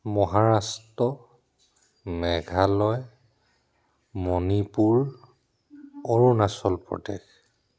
Maharashtra Meghalaya Manipur Arunachal Pradesh